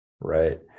Right